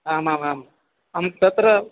आमामाम् आं तत्र